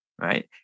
Right